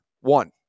One